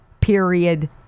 period